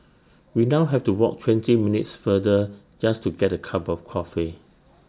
we now have to walk twenty minutes further just to get A cup of coffee